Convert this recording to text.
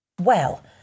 Well